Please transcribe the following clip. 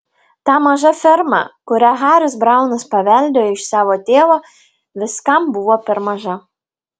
ta maža ferma kurią haris braunas paveldėjo iš savo tėvo viskam buvo per maža